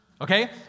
okay